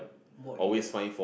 walk in the